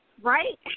right